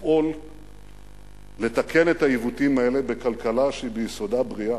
לפעול לתקן את העיוותים האלה בכלכלה שהיא ביסודה בריאה.